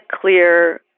clear